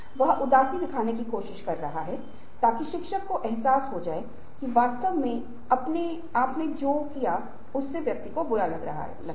और यदि परिवर्तन के लिए ताकतें बढ़ जाएंगी तो परिवर्तन के लिए प्रतिरोध कम हो जाएगा और परिवर्तन को निष्पादित किए जाने की अधिक संभावना है